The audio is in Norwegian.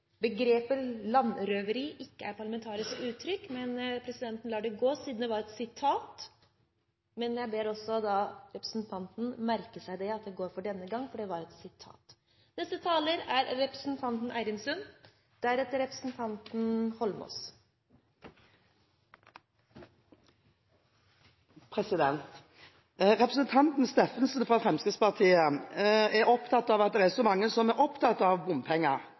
begrepet «landeveisrøveri» ikke er et parlamentarisk uttrykk, men presidenten lar det passere fordi det var et sitat. Representanten Steffensen fra Fremskrittspartiet er opptatt av at det er så mange som er opptatt av bompenger.